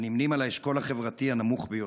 הנמנים עם האשכול החברתי הנמוך ביותר.